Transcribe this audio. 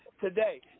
today